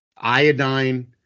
iodine